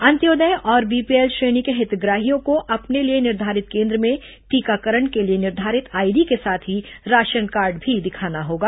अंत्योदय और बीपीएल श्रेणी के हितग्राहियों को अपने लिए निर्धारित केन्द्र में टीकाकरण के लिए निर्धारित आईडी के साथ ही राशन कार्ड भी दिखाना होगा